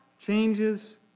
changes